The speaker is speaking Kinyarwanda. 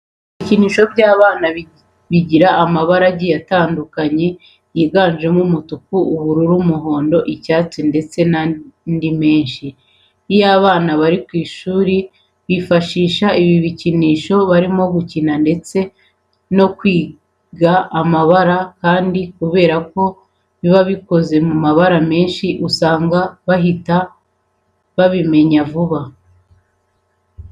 Ibikinisho by'abana bigira amabara agiye atandukanye yiganjemo umutuku, ubururu, umuhondo, icyatsi ndetse n'andi menshi cyane. Iyo abana bari ku ishuri bifashisha ibi bikinisho barimo gukina ndetse no kwiga amabara kandi kubera ko biba bikoze mu mabara menshi usanga bahita babimenya vuba.